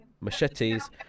machetes